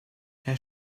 herr